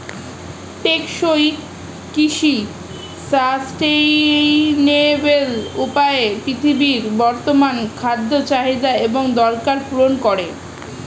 টেকসই কৃষি সাস্টেইনেবল উপায়ে পৃথিবীর বর্তমান খাদ্য চাহিদা এবং দরকার পূরণ করে